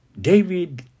David